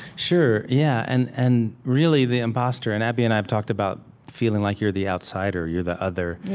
sure. yeah and and really, the impostor and abby and i have talked about feeling like you're the outsider, you're the other,